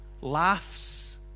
laughs